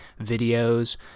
videos